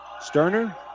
Sterner